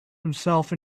himself